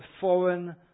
foreign